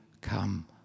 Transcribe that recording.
come